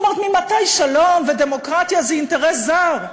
ממתי שלום ודמוקרטיה זה אינטרס זר?